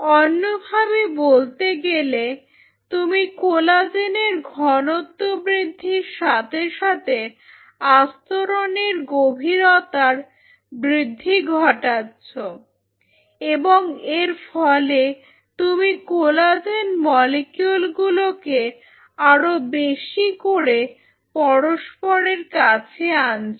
অন্যভাবে বলতে গেলে তুমি কোলাজেনের ঘনত্ব বৃদ্ধির সাথে সাথে আস্তরণের গভীরতার বৃদ্ধি ঘটাচ্ছো এবং এর ফলে তুমি কোলাজেন মলিকিউলগুলোকে আরও বেশি করে পরস্পরের কাছে আনছো